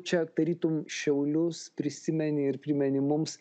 čia tarytum šiaulius prisimeni ir primeni mums